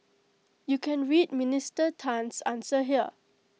you can read Minister Tan's answer here